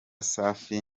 safi